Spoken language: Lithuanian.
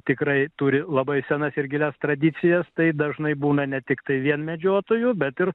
tikrai turi labai senas ir gilias tradicijas tai dažnai būna ne tiktai vien medžiotojų bet ir